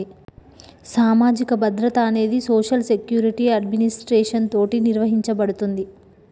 సామాజిక భద్రత అనేది సోషల్ సెక్యురిటి అడ్మినిస్ట్రేషన్ తోటి నిర్వహించబడుతుంది